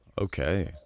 Okay